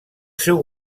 seu